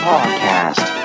Podcast